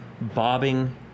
bobbing